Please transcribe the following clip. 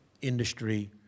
industry